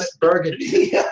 burgundy